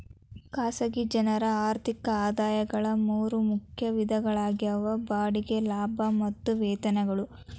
ಖಾಸಗಿ ಜನರ ಆರ್ಥಿಕ ಆದಾಯಗಳ ಮೂರ ಮುಖ್ಯ ವಿಧಗಳಾಗ್ಯಾವ ಬಾಡಿಗೆ ಲಾಭ ಮತ್ತ ವೇತನಗಳು